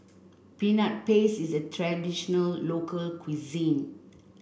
Peanut Paste is a traditional local cuisine